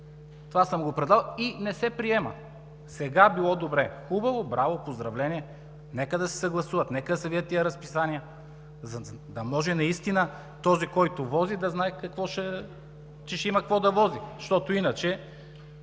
влака за Варна. И не се приема! Сега било добре! Хубаво, браво, поздравления – нека да се съгласуват. Нека да се видят тези разписания, за да може наистина този, който вози, да знае, че ще има какво да вози, защото иначе